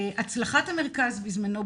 הצלחת המרכז בזמנו,